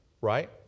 right